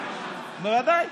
בוודאי.